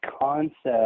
concept